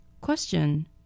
Question